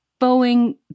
Boeing